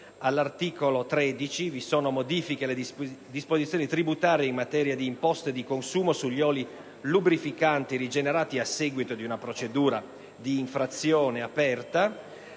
L'articolo 13 reca modifiche alle disposizioni tributarie in materia di imposte di consumo sugli oli lubrificanti rigenerati, al fine di risolvere una procedura d'infrazione in